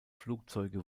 flugzeuge